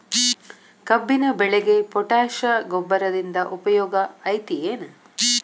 ಕಬ್ಬಿನ ಬೆಳೆಗೆ ಪೋಟ್ಯಾಶ ಗೊಬ್ಬರದಿಂದ ಉಪಯೋಗ ಐತಿ ಏನ್?